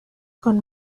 con